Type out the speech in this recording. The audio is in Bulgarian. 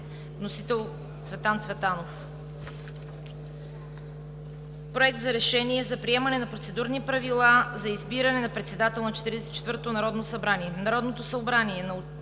Вносител – Цветан Цветанов. „Проект! РЕШЕНИЕ за приемане на процедурни правила за избиране на председател на 44-то Народно събрание